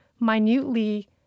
minutely